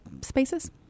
spaces